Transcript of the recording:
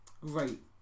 great